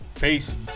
Peace